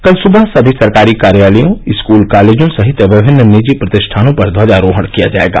कल सुबह सभी सरकारी कार्यालयों स्कूल कॉलेजों सहित विभिन्न निजी प्रतिष्ठानों पर ध्वजारोहण किया जायेगा